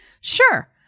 sure